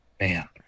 Man